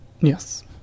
Yes